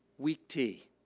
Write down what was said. weak tea.